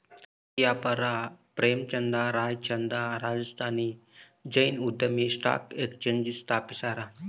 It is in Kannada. ಹತ್ತಿ ವ್ಯಾಪಾರಿ ಪ್ರೇಮಚಂದ್ ರಾಯ್ಚಂದ್ ರಾಜಸ್ಥಾನಿ ಜೈನ್ ಉದ್ಯಮಿ ಸ್ಟಾಕ್ ಎಕ್ಸ್ಚೇಂಜ್ ಸ್ಥಾಪಿಸ್ಯಾರ